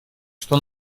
что